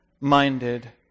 minded